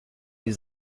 die